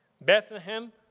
bethlehem